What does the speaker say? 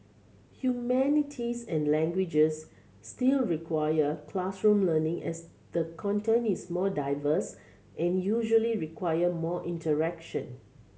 humanities and languages still require classroom learning as the content is more diverse and usually require more interaction